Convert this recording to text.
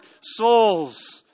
souls